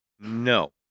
No